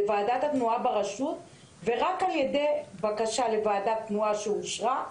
לוועדת התנועה ברשות ורק עם אישורה